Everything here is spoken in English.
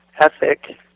ethic